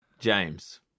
James